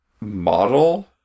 model